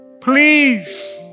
Please